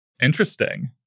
Interesting